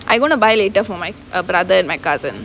I gonna buy later for my err brother and my cousin